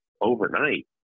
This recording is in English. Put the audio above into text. overnight